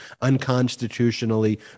unconstitutionally